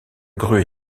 grue